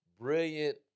brilliant